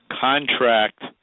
contract